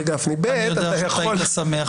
הוא לא שם.